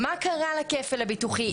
מה קרה לכפל הביטוחי?